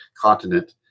continent